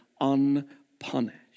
unpunished